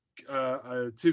two